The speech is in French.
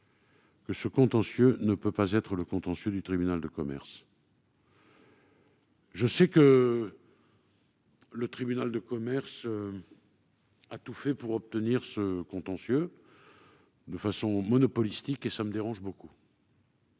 mais ce contentieux ne peut pas être celui du tribunal de commerce ! Très bien ! Je sais que le tribunal de commerce a tout fait pour obtenir ce contentieux de façon monopolistique, ce qui me dérange beaucoup.